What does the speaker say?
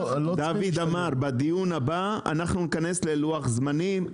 היושב-ראש אמר שבדיון הבא אנחנו ניכנס ללוח זמנים.